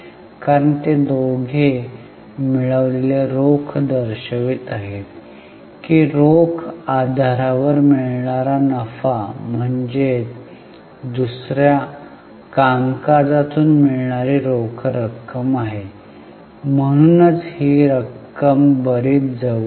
कारण हे दोघे मिळवलेले रोख दर्शवित आहेत की रोख आधारावर मिळणारा नफा म्हणजे दुसरा कामकाजातून मिळणारी रोख रक्कम आहे म्हणूनच ही रक्कम बरीच जवळ आहे